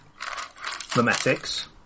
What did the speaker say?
memetics